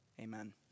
Amen